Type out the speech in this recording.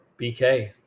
BK